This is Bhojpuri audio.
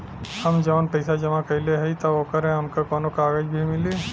हम जवन पैसा जमा कइले हई त ओकर हमके कौनो कागज भी मिली?